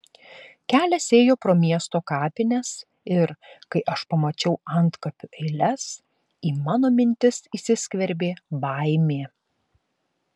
kelias ėjo pro miesto kapines ir kai aš pamačiau antkapių eiles į mano mintis įsiskverbė baimė